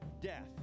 death